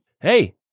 Hey